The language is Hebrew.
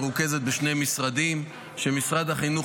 היום הפעילות מרוכזת בשני משרדים: משרד החינוך